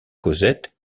cosette